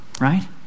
right